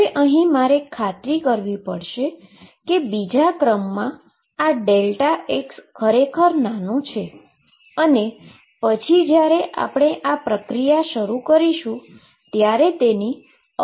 હવે અહી મારે ખાતરી કરવી પડશે કે બીજા ક્રમમાં આ Δx ખરેખર નાનો છે અને પછી જ્યારે આપણે આ પ્રક્રિયા શરૂ કરીશું ત્યારે તેની અવગણના થઈ શકે છે